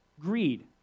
Greed